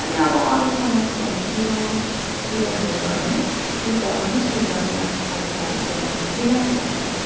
अनि अब अरू समस्याहरू पिरो सिरो धेर भयो भने त्यसलाई पनि सुल्झाउने आफ्नो तरिकाहरू छोरी मान्छेले राखिराख्नु पर्छ